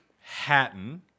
Hatton